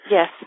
Yes